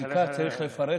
בחקיקה צריך לפרט